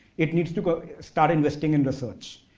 it needs to start investing in research.